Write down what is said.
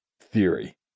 theory